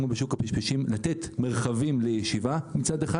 כמו בשוק הפשפשים: לתת מרחבים לישיבה מצד אחד